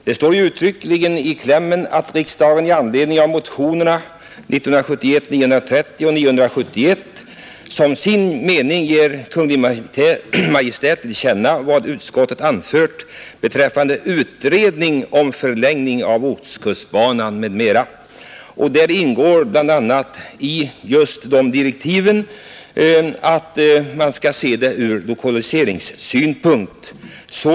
Det står uttryckligen i klämmen att riksdagen i anledning av motionerna 1971:930 och 1971:971 som sin mening ger Kungl. Maj:t till känna vad utskottet anfört beträffande utredning om förlängning av ostkustbanan m.m. I direktiven ingår att frågan skall bl.a. ses ur lokaliseringssynpunkt.